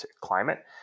climate